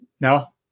No